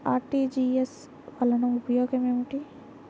RTGS వలన ఉపయోగం ఏమిటీ?